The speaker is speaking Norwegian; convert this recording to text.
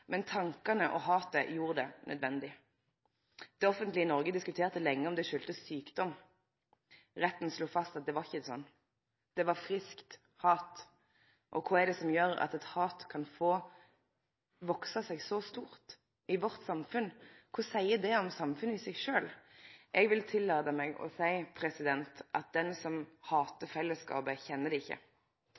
men tankane og hatet gjorde det nødvendig. Det offentlege Noreg diskuterte lenge om det kom av sjukdom. Retten slo fast at det var ikkje sånn. Det var friskt hat, og kva er det som gjer at eit hat kan få vakse seg så stort i vårt samfunn? Kva seier det om samfunnet i seg sjølv? Eg vil tillate meg å seie at den som hatar fellesskapet, kjenner det ikkje.